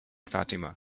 fatima